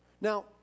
Now